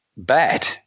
bad